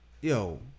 yo